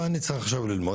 מה אני צריך עכשיו ללמוד?